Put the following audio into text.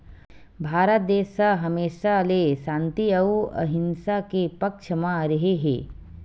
भारत देस ह हमेसा ले सांति अउ अहिंसा के पक्छ म रेहे हे